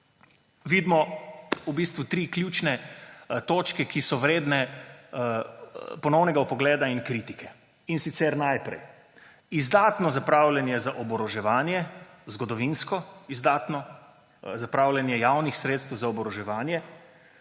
vidimo v bistvu tri ključne točke, ki so vredne ponovnega vpogleda in kritike. Najprej izdatno zapravljanje za oboroževanje, zgodovinsko izdatno zapravljanje javnih sredstev za oboroževanje.